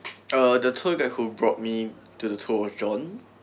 uh the tour guide who brought me to the tour was john